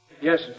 Yes